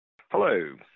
Hello